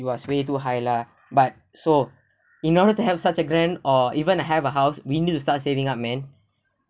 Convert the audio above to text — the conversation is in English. it was way too high lah but so in order to have such a grand or even have a house we need to start saving up man